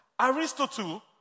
Aristotle